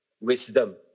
wisdom